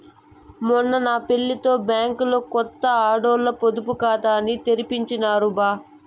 మొన్న నా పెళ్లితో బ్యాంకిలో కొత్త ఆడోల్ల పొదుపు కాతాని తెరిపించినాను బా